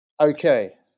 Okay